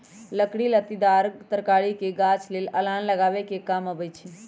लकड़ी लत्तिदार तरकारी के गाछ लेल अलान लगाबे कें काम अबई छै